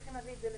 מצאנו לזה פתרון,